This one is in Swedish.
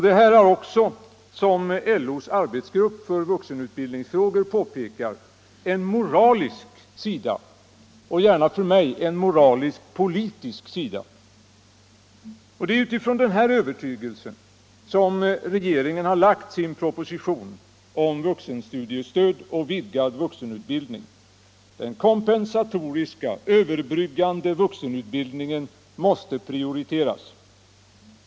Detta har också, såsom LO:s arbetsgrupp för vuxenutbildningsfrågor påpekar, en moralisk sida — och, gärna för mig, även en moralisk-politisk sida. Det är från denna övertygelse som regeringen har framlagt sin proposition om vuxenstudiestöd och vidgad vuxenutbildning. Den kompensatoriska överbryggande vuxenutbildningen måste prioriteras.